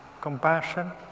compassion